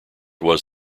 was